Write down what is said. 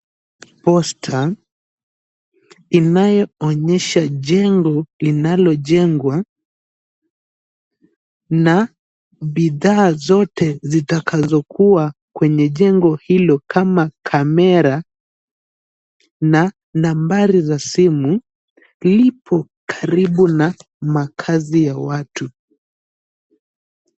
Posta inayoonyesha jengo linalojengwa na bidhaa zote zitakazokuwa kwenye jengo hilo kama kamera na nambari za simu lipo karibu na makaazi ya watu.